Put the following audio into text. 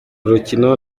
rukino